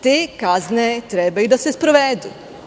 Te kazne treba i da se sprovedu.